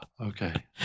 Okay